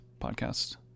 podcast